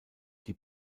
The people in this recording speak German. die